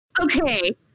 okay